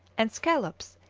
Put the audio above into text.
and scallops,